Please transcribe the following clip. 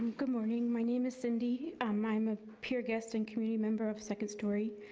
good morning. my name is cindy. um i'm a peer guest and community member of second story.